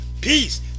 peace